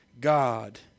God